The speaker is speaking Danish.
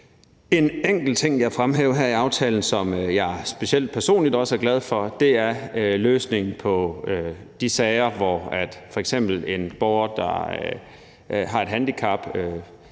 En enkelt ting, jeg vil fremhæve her i aftalen, som jeg specielt personligt også er glad for, er løsningen på de sager, hvor f.eks. en borger, der har et handicap